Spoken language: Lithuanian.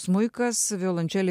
smuikas violončelė